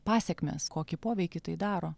pasekmes kokį poveikį tai daro